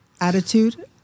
Attitude